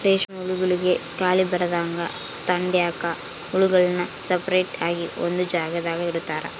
ರೇಷ್ಮೆ ಹುಳುಗುಳ್ಗೆ ಖಾಲಿ ಬರದಂಗ ತಡ್ಯಾಕ ಹುಳುಗುಳ್ನ ಸಪರೇಟ್ ಆಗಿ ಒಂದು ಜಾಗದಾಗ ಇಡುತಾರ